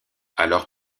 alors